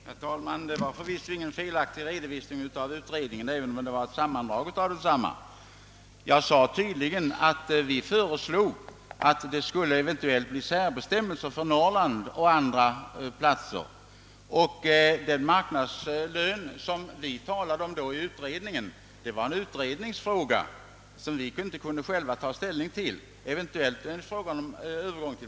Herr talman! Jag lämnade förvisso ingen felaktig redovisning av utredningen, även om det var ett sammandrag av densamma. Jag sade tydligt, att vi föreslog att det eventuellt skulle bli särbestämmelser för Norrland och andra platser. Frågan om en eventuell övergång till marknadslöner, som vi nämnde om i utredningen, utgjorde en utredningsfråga som vi inte själva kunde ta ställning till.